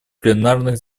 пленарных